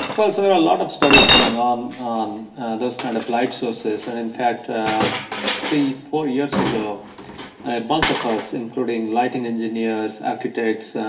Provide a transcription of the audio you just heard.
well, so there are a lot of studies going on on those kind of light sources, and in fact three four years ago a bunch of us, including lighting engineers, architects,